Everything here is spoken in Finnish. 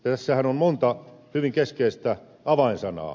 tässähän on monta hyvin keskeistä avainsanaa